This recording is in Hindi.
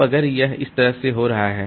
तो अगर यह इस तरह से हो रहा है